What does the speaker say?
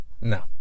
No